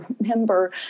remember